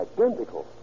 Identical